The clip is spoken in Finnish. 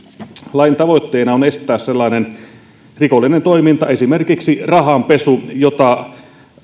lain tavoitteena on estää sellainen rikollinen toiminta esimerkiksi rahanpesu jota